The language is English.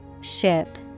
Ship